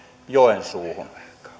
joensuuhun